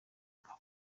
ingabo